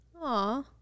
Aw